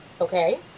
Okay